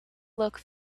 look